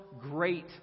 great